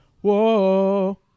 whoa